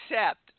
accept